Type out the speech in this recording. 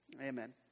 amen